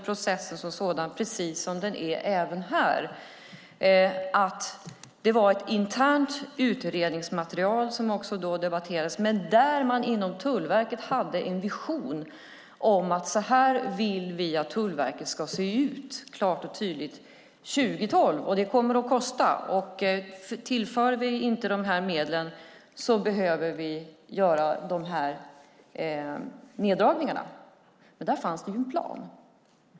Processen var precis som den är här, nämligen att ett internt utredningsmaterial debatterades men där man inom Tullverket hade en vision om hur Tullverket ska se ut, klart och tydligt, 2012. Det kommer att kosta. Om inte dessa medel tillförs behöver vissa neddragningar göras. Där fanns en plan.